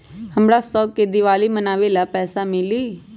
हमरा शव के दिवाली मनावेला पैसा मिली?